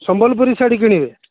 ସମ୍ବଲପୁରୀ ଶାଢ଼ୀ କିଣିବେ